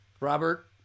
Robert